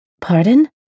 Pardon